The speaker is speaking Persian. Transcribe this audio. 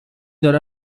داره